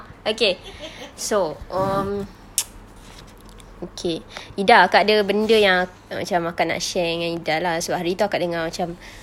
okay so um okay ida akak ada benda yang macam akak nak share dengan ida lah so hari itu akak dengar macam